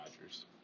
Rodgers